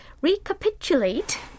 recapitulate